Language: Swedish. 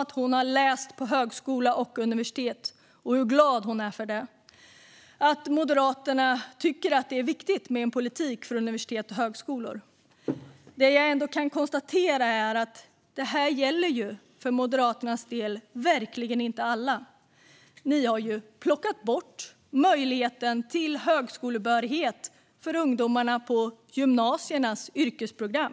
att hon läst på högskola och universitet, och jag hörde hur glad hon var över det. Moderaterna verkar tycka att det är viktigt med en politik för universitet och högskolor. Jag kan utifrån Moderaternas politik dock konstatera att detta verkligen inte gäller för alla. De har ju plockat bort möjligheten till högskolebehörighet för ungdomar på gymnasiernas yrkesprogram.